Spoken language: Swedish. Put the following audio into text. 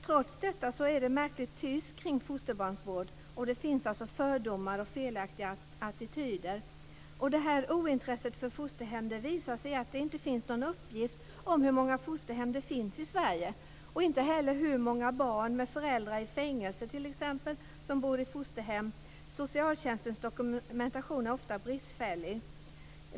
Trots detta är det märkligt tyst kring fosterbarnsvård, och det finns fördomar och felaktiga attityder. Detta ointresse för fosterhem visar sig i att det inte finns någon uppgift om hur många fosterhem det finns i Sverige och inte heller hur många barn med föräldrar i fängelse t.ex. som bor i fosterhem. Socialtjänstens dokumentation är ofta bristfällig.